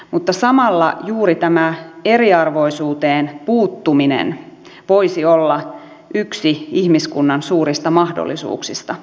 mutta samalla juuri tämä eriarvoisuuteen puuttuminen voisi olla yksi ihmiskunnan suurista mahdollisuuksista